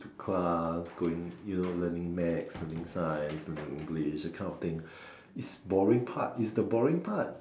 to class going you know learning maths learning science learning English that kind of thing is boring part is the boring part